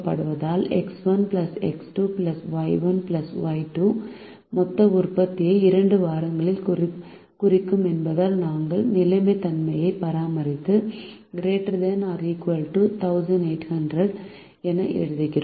X 1 X 2 Y 1 Y 2 X1X2Y1Y2மொத்த உற்பத்தியை 2 வாரங்களில் குறிக்கும் என்பதால் நாங்கள் நிலைத்தன்மையை பராமரித்து ≥ 1800 என்று எழுதுகிறோம்